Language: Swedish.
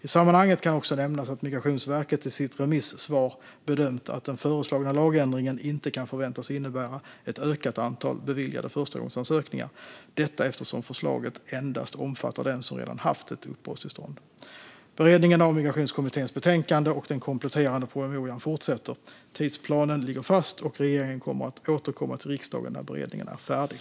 I sammanhanget kan också nämnas att Migrationsverket i sitt remisssvar bedömt att den föreslagna lagändringen inte kan förväntas innebära ett ökat antal beviljade förstagångsansökningar, detta eftersom förslaget endast omfattar den som redan haft ett uppehållstillstånd. Beredningen av Migrationskommitténs betänkande och den kompletterande promemorian fortsätter. Tidsplanen ligger fast, och regeringen kommer att återkomma till riksdagen när beredningen är färdig.